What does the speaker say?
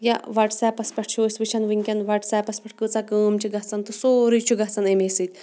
یا وَٹٕساَپَس پٮ۪ٹھ چھُ أسۍ وٕچھن وٕنکٮ۪ن وَٹٕساَپَس پٮ۪ٹھ کۭژاہ کٲم چھِ گژھان تہٕ سورُے چھُ گژھان امے سۭتۍ